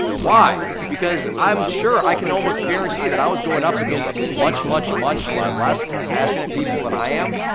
why? because i'm sure, i can almost guarantee that i was going up against much, much, much less passionate people than i am,